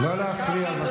לא להפריע, בבקשה.